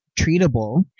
treatable